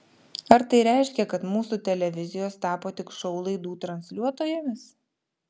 ar tai reiškia kad mūsų televizijos tapo tik šou laidų transliuotojomis